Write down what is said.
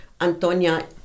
Antonia